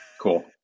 Cool